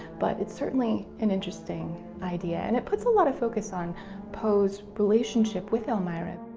but it's certainly an interesting idea and it puts a lot of focus on poe's relationship with elmira.